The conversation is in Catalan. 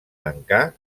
mancar